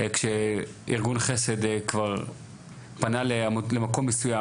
כשארגון חסד כבר פנה למקום מסוים,